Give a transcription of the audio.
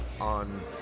on